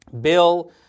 bill